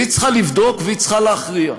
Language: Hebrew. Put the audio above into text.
והיא צריכה לבדוק והיא צריכה להכריע.